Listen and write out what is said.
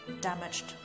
damaged